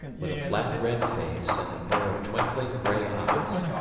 with a flat red face and a pair of twinkling gray eyes.